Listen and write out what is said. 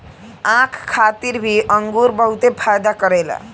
आँख खातिर भी अंगूर बहुते फायदा करेला